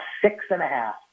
six-and-a-half